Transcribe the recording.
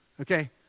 okay